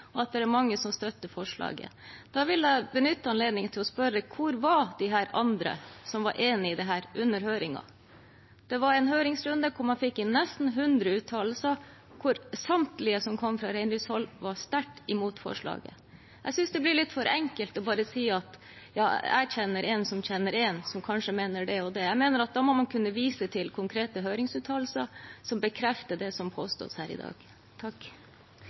er delt, og at mange støtter forslaget. Da vil jeg benytte anledningen til å spørre hvor disse andre, som var enige i forslaget, var under høringen. Man fikk inn nesten 100 uttalelser i høringsrunden, og samtlige som kom fra reindriftshold, var sterkt imot forslaget. Det blir litt for enkelt bare å si at jeg kjenner én som kjenner én som kanskje mener det og det. Jeg mener man da må kunne vise til konkrete høringsuttalelser som bekrefter det som påstås her i dag.